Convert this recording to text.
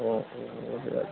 অঁ